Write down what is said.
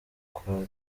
kwa